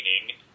meaning